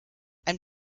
ein